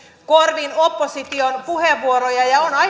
korvin opposition puheenvuoroja ja on